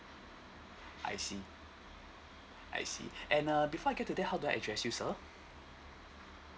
I see I see and uh before I get to that how do I address you sir